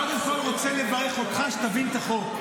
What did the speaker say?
קודם כול, אני רוצה לברך אותך, שתבין את החוק.